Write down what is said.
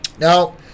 now